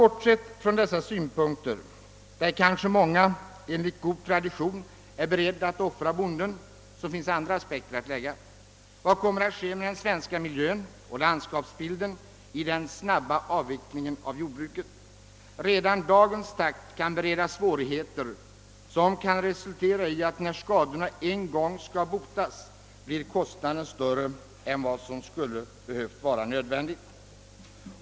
Bortsett från dessa synpunkter — många är kanske enligt god tradition beredda att offra bonden — finns andra aspekter att lägga på denna fråga. Vad kommer att ske med den svenska miljön och landskapsbilden vid den snabba avvecklingen av jordbruket? Redan dagens takt kan bereda svårigheter som kan resultera i att när skadorna en gång skall botas blir kostnaden större än vad som skulle varit nödvändigt.